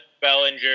Bellinger